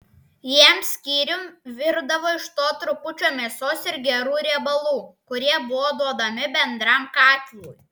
jiems skyrium virdavo iš to trupučio mėsos ir gerų riebalų kurie buvo duodami bendram katilui